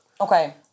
Okay